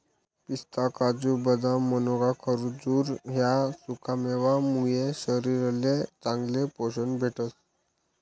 पिस्ता, काजू, बदाम, मनोका, खजूर ह्या सुकामेवा मुये शरीरले चांगलं पोशन भेटस